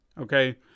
Okay